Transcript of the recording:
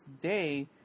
day